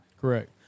Correct